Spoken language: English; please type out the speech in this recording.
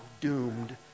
doomed